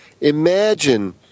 Imagine